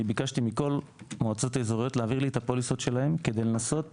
אני ביקשתי מכל המועצות האזוריות להעביר לי את הפוליסות שלהם כדי לנסות